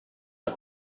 had